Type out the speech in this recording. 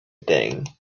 thing